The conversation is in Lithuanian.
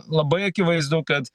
labai akivaizdu kad